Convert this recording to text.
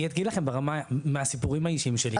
אני אגיד לכם ברמה שהיא מהסיפורים האישיים שלי.